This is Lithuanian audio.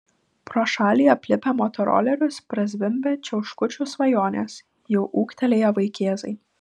pro šalį aplipę motorolerius prazvimbia čiauškučių svajonės jau ūgtelėję vaikėzai